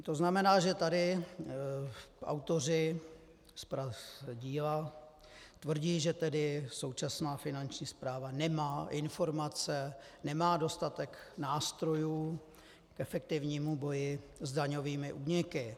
To znamená, že tady autoři díla tvrdí, že současná Finanční správa nemá informace, nemá dostatek nástrojů k efektivnímu boji s daňovými úniky.